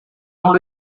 dans